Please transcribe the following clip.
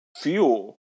fuel